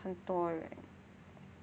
很多人